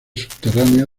subterránea